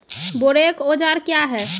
बोरेक औजार क्या हैं?